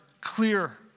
clear